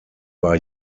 war